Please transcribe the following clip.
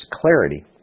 clarity